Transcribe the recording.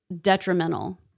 detrimental